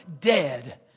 dead